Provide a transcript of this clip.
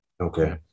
Okay